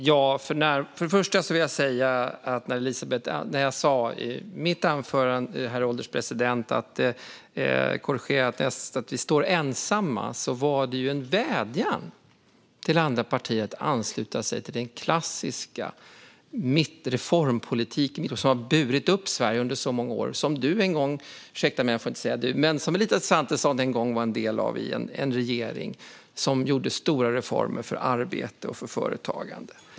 Herr ålderspresident! Först vill jag säga att när jag i mitt anförande sa att vi står ensamma var det en vädjan till andra partier att ansluta sig till den klassiska mittreformpolitik som har burit upp Sverige under många år och som Elisabeth Svantesson en gång var en del av i en regering som gjorde stora reformer för arbete och företagande.